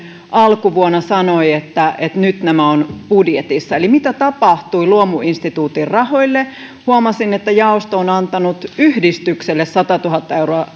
alkuvuonna sanoi että että nyt se on budjetissa eli mitä tapahtui luomuinstituutin rahoille huomasin että jaosto on antanut pro luomu yhdistykselle satatuhatta euroa